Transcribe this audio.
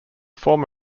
form